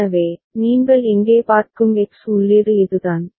எனவே நீங்கள் இங்கே பார்க்கும் எக்ஸ் உள்ளீடு இதுதான்